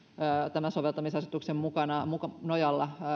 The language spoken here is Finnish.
tämän soveltamisasetuksen nojalla